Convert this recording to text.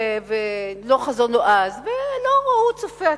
לא חזון נועז, ולא ראו צופה עתיד.